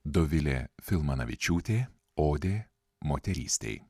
dovilė filmanavičiūtė odė moterystei